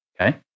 Okay